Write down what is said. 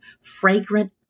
fragrant